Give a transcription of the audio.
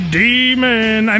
demon